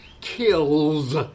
kills